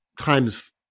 Times